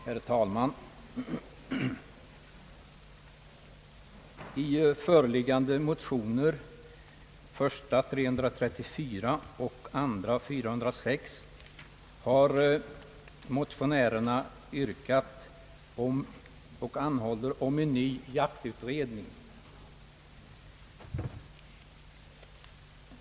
Herr talman! I föreliggande motioner, I: 334 och II: 406, yrkas på en ny jaktutredning.